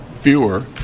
fewer